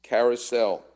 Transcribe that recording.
Carousel